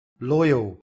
Loyal